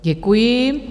Děkuji.